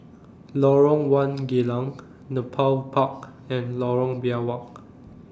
Lorong one Geylang Nepal Park and Lorong Biawak